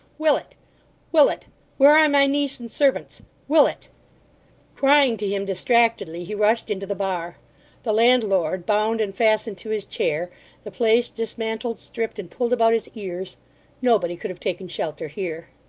willet willet where are my niece and servants willet crying to him distractedly, he rushed into the bar the landlord bound and fastened to his chair the place dismantled, stripped, and pulled about his ears nobody could have taken shelter here.